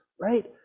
right